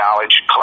knowledge